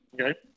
Okay